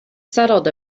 settled